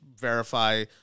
verify